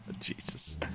Jesus